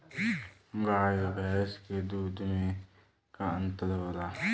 गाय भैंस के दूध में का अन्तर होला?